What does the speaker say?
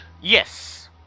Yes